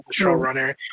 showrunner